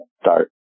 start